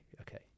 Okay